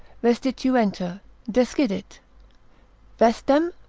restituentur descidit vestem?